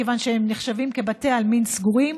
מכיוון שהם נחשבים לבתי עלמין סגורים.